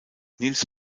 nils